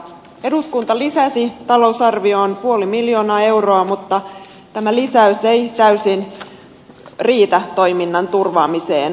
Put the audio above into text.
eduskunta lisäsi talousarvioon puoli miljoonaa euroa mutta tämä lisäys ei täysin riitä toiminnan turvaamiseen